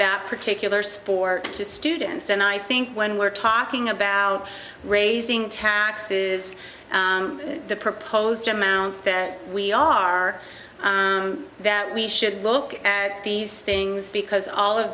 that particular sport to students and i think when we're talking about raising taxes on the proposed amount that we are that we should look at these things because all of